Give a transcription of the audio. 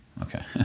Okay